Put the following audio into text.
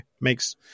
makes